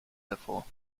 hervor